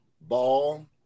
ball